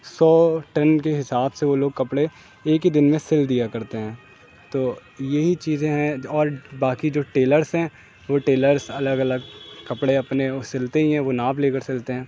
سو ton کے حساب سے وہ لوگ کپڑے ایک ہی دن میں سل دیا کرتے ہیں تو یہی چیزیں ہیں اور باقی جو ٹیلرس ہیں وہ ٹیلرس الگ الگ کپڑے اپنے سلتے ہی ہیں وہ ناپ لے کر سلتے ہیں